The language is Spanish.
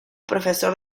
profesor